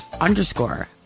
underscore